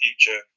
future